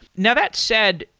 now, that said,